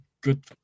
good